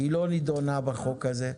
היא לא נדונה בחוק הזה,